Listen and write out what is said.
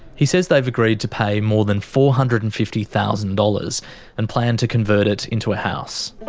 he says they've agreed to pay more than four hundred and fifty thousand dollars and plan to convert it into a house.